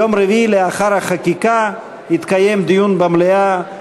ביום רביעי, לאחר החקיקה, יתקיים דיון בנושא.